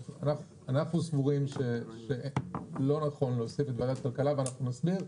אנחנו סבורים שלא נכון להוסיף את ועדת הכלכלה ואנחנו נסביר.